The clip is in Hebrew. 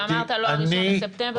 אתה אמרת לא ה-1 בספטמבר.